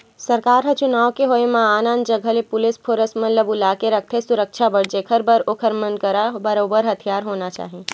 सरकार ह चुनाव के होय म आन आन जगा ले पुलिस फोरस मन ल बुलाके रखथे सुरक्छा बर जेखर बर ओखर मन करा बरोबर हथियार होना चाही